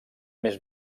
més